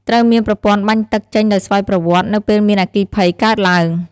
ត្រូវមានប្រព័ន្ធបាញ់ទឹកចេញដោយស្វ័យប្រវត្តិនៅពេលមានអគ្គិភ័យកើតទ្បើង។